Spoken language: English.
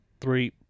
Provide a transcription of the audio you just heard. three